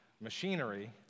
machinery